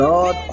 God